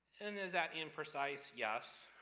and there's that imprecise yes.